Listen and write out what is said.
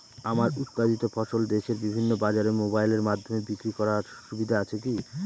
আমার উৎপাদিত ফসল দেশের বিভিন্ন বাজারে মোবাইলের মাধ্যমে বিক্রি করার সুবিধা আছে কি?